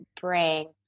bring